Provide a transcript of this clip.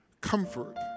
comfort